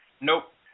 Nope